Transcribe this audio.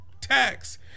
tax